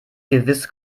gewiss